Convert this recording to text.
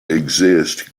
exists